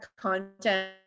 content